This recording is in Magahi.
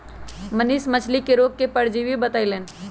मनीष मछ्ली के रोग के परजीवी बतई लन